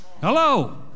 Hello